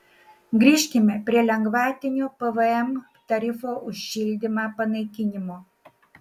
grįžkime prie lengvatinio pvm tarifo už šildymą panaikinimo